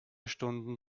stunden